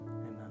Amen